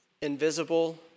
invisible